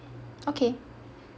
okay